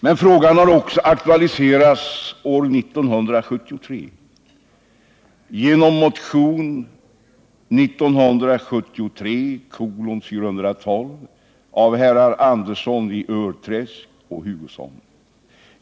Men frågan har också aktualiserats år 1973, genom motionen 1973:412 av herrar Andersson i Örträsk och Hugosson.